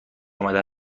آمده